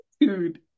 dude